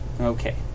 Okay